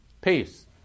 peace